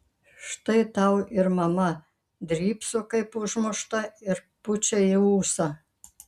štai tau ir mama drybso kaip užmušta ir pučia į ūsą